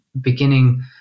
beginning